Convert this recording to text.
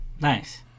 Nice